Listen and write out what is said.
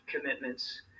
commitments